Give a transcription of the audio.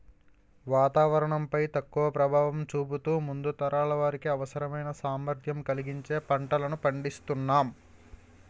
వాతావరణం పై తక్కువ ప్రభావం చూపుతూ ముందు తరాల వారికి అవసరమైన సామర్థ్యం కలిగించే పంటలను పండిస్తునాం